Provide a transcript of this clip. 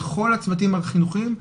לכל הצוותים החינוכיים,